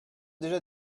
déjà